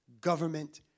government